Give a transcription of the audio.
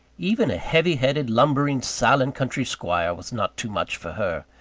even a heavy-headed, lumbering, silent country squire was not too much for her.